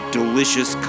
delicious